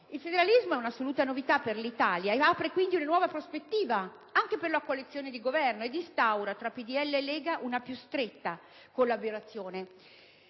Il federalismo è un'assoluta novità per l'Italia, apre quindi una nuova prospettiva nella coalizione di Governo ed instaura tra PdL e Lega una più stretta collaborazione.